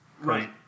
Right